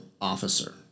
officer